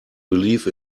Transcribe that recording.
believe